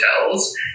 hotels